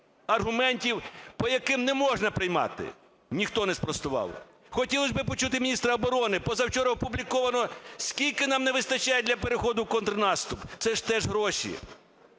аргументів, по яких не можна приймати? Ніхто не спростував. Хотілось би почути міністра оборони. Позавчора опубліковано, скільки нам не вистачає для переходу в контрнаступ. Це ж теж гроші.